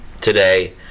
today